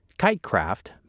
Kitecraft